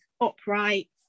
upright